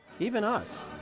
even us.